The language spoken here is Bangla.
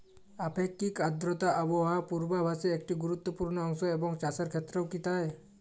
আপেক্ষিক আর্দ্রতা আবহাওয়া পূর্বভাসে একটি গুরুত্বপূর্ণ অংশ এবং চাষের ক্ষেত্রেও কি তাই?